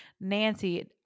Nancy